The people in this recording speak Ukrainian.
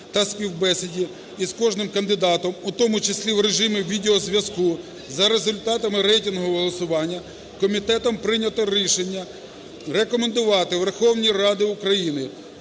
та співбесід із кожним кандидатом, у тому числі в режимі відеозв'язку, за результатами рейтингового голосування комітетом прийнято рішення рекомендувати Верховній Раді України